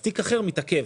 אז תיק אחר מתעכב.